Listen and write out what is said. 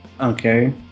Okay